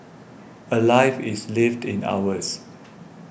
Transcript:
a life is lived in hours